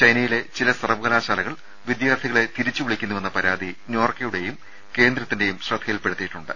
ചൈനയിലെ ചില സർവകലാശാലകൾ വിദ്യാർത്ഥികളെ തിരിച്ചുവിളിക്കുന്നുവെന്ന പരാതി നോർക്കയുടെയും കേന്ദ്രത്തിന്റെയും ശ്രദ്ധയിൽപ്പെടുത്തിയിട്ടുണ്ട്